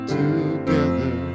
together